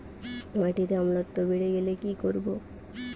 মাটিতে অম্লত্ব বেড়েগেলে কি করব?